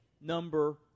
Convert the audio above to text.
Number